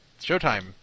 Showtime